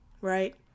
Right